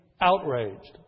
outraged